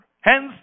Hence